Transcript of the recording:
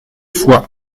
foix